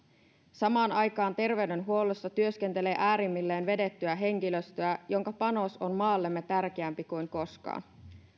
samaan aikaan terveydenhuollossa työskentelee äärimmilleen vedettyä henkilöstöä jonka panos on maallemme tärkeämpi kuin koskaan